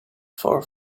for